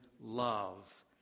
love